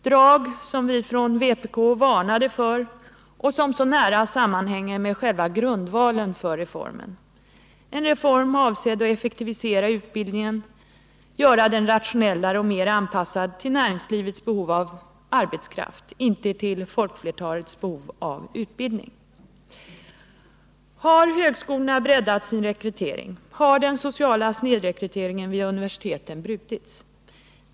Det är också drag som vi från vpk varnade för och som så nära sammanhänger med själva grundvalen för reformen — en reform avsedd att effektivisera utbildningen, göra den rationellare och mer anpassad till näringslivets behov av arbetskraft, inte till folkflertalets behov av utbildning. Har högskolorna breddat sin rekrytering? Har den sociala snedrekryteringen vid universiteten brutits?